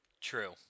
True